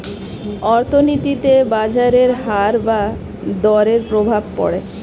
অর্থনীতিতে বাজারের হার বা দরের প্রভাব পড়ে